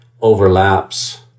overlaps